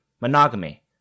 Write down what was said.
Monogamy